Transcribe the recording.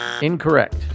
Incorrect